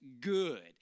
good